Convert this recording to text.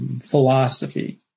Philosophy